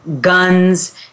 guns